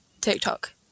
TikTok